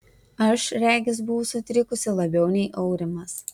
aš regis buvau sutrikusi labiau nei aurimas